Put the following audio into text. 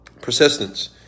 Persistence